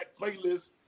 playlist